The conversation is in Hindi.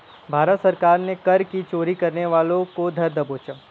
भारत सरकार ने कर की चोरी करने वालों को धर दबोचा